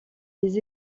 des